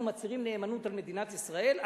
אנחנו מצהירים נאמנות למדינת ישראל.